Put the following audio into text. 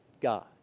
God